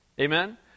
Amen